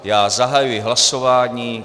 Já zahajuji hlasování.